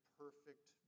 perfect